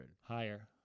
Higher